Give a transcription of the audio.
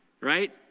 right